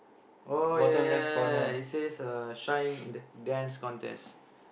oh ya ya ya ya ya it says uh Shine in the Dance Contest